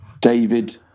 David